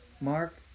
Mark